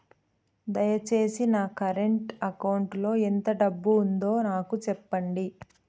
దయచేసి నా current account లో ఎంత డబ్బు ఉందో నాకు సెప్పండి